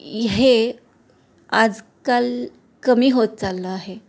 हे आजकाल कमी होत चाललं आहे